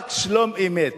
רק שלום אמת.